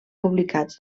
publicats